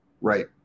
Right